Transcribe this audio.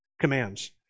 commands